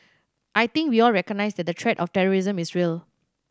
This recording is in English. I think we all recognise that the threat of terrorism is real